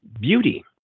beauty